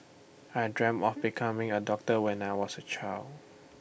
I dreamt of becoming A doctor when I was A child